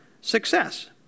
success